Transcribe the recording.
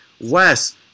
Wes